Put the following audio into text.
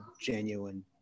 genuine